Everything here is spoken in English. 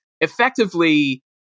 effectively